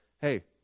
hey